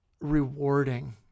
rewarding